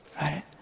Right